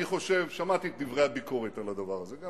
אני חושב,